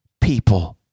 people